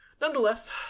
Nonetheless